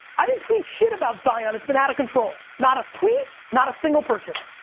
i didn't tweet shit about zion. it's been out of control. not a tweet, not a single purchase,